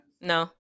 No